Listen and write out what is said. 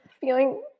feeling